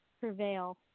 prevail